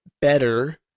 better